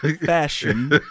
fashion